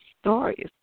stories